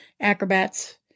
acrobats